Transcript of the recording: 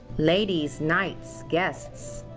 ladies, knights, guests,